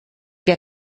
wir